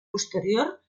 posterior